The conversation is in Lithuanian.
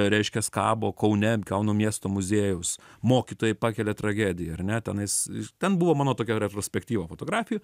reiškias kabo kaune kauno miesto muziejaus mokytojai pakelia tragediją ar ne tenais ten buvo mano tokia retrospektyva fotografijų